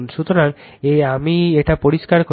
সুতরাং আমি এটা পরিষ্কার করি